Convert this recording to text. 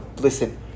listen